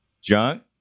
junk